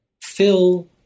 fill